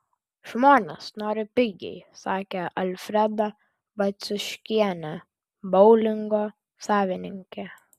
žmonės nori pigiai sakė alfreda baciuškienė boulingo savininkė